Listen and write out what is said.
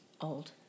Old